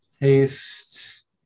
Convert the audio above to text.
Paste